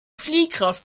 fliehkraft